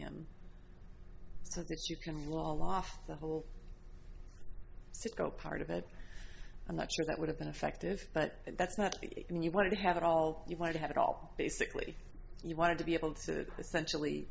him so that you can heal all off the whole sicko part of it i'm not sure that would have been effective but that's not if you want to have it all you want to have it all basically you wanted to be able to essentially